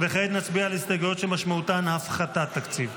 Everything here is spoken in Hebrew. וכעת נצביע על ההסתייגויות שמשמעותן הפחתת תקציב.